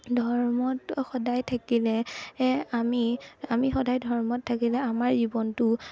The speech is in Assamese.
ধৰ্মত সদায় থাকিলে এ আমি আমি সদায় ধৰ্মত থাকিলে আমাৰ জীৱনটো